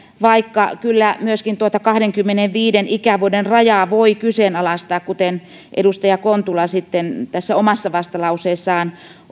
vaikka kyllä myöskin tuota kahdenkymmenenviiden ikävuoden rajaa voi kyseenalaistaa kuten edustaja kontula omassa vastalauseessaan